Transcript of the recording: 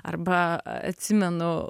arba atsimenu